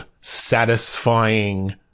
satisfying